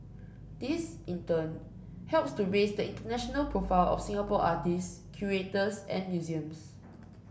this in turn helps to raise the international profile of Singapore artists curators and museums